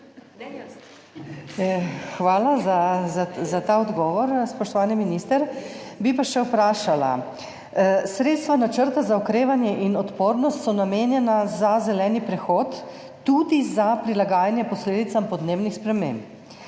Hvala za ta odgovor, spoštovani minister. Bi pa še vprašala. Sredstva Načrta za okrevanje in odpornost so namenjena za zeleni prehod, tudi za prilagajanje posledicam podnebnih sprememb.